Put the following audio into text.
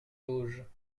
vosges